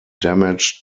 damaged